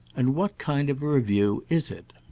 and what kind of a review is it?